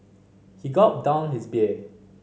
he gulped down his beer